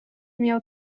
miał